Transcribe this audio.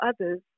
others